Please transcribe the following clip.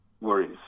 worries